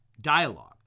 dialogue